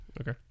Okay